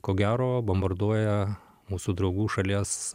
ko gero bombarduoja mūsų draugų šalies